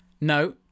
No